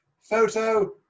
photo